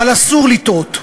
אבל אסור לטעות: